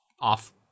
off